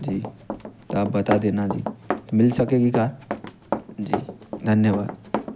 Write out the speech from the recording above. जी तो आप बता देना जी मिल सकेगी कार जी धन्यवाद